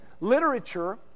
literature